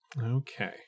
okay